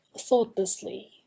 thoughtlessly